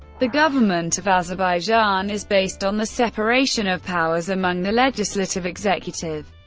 the government of azerbaijan is based on the separation of powers among the legislative, executive,